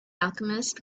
alchemist